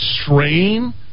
strain